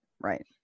right